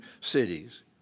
cities